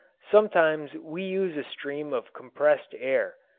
sometimes we use a stream of compressed air.